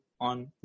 on